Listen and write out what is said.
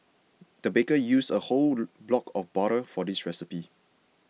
the baker used a whole block of butter for this recipe